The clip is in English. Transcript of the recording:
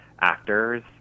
actors